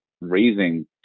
raising